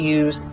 use